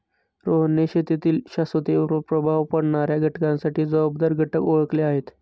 रोहनने शेतीतील शाश्वततेवर प्रभाव पाडणाऱ्या घटकांसाठी जबाबदार घटक ओळखले आहेत